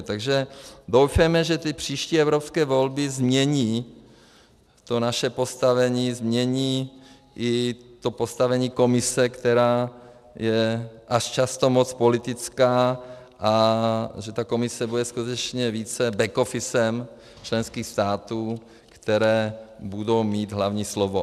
Takže doufejme, že ty příští evropské volby změní naše postavení, změní i to postavení Komise, která je až moc často politická, a že ta Komise bude skutečně více back officem členských států, které budou mít hlavní slovo.